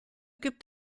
gibt